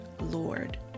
Lord